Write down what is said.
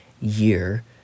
year